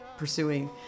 pursuing